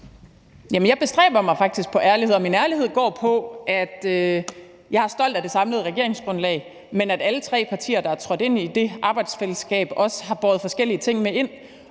Jeg bestræber mig faktisk på ærlighed, og min ærlighed går på, at jeg er stolt af det samlede regeringsgrundlag, men at alle tre partier, der er trådt ind i det arbejdsfællesskab, også har båret forskellige ting med ind,